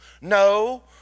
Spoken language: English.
No